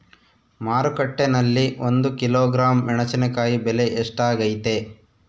ಮಾರುಕಟ್ಟೆನಲ್ಲಿ ಒಂದು ಕಿಲೋಗ್ರಾಂ ಮೆಣಸಿನಕಾಯಿ ಬೆಲೆ ಎಷ್ಟಾಗೈತೆ?